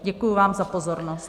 Děkuji vám za pozornost.